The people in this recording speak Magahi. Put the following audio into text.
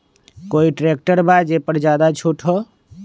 कोइ ट्रैक्टर बा जे पर ज्यादा छूट हो?